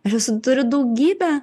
aš esu turiu daugybę